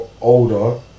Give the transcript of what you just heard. older